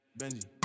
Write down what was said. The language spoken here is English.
Benji